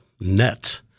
net